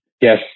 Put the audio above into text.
Yes